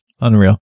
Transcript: unreal